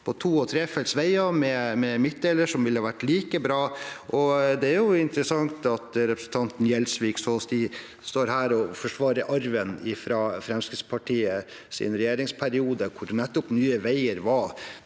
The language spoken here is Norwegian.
på to- og trefeltsveier med midtdeler som ville vært like bra. Det er interessant at representanten Gjelsvik står her og forsvarer arven fra Fremskrittspartiets regjeringsperiode. Da var nettopp Nye veier